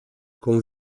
con